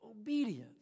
obedience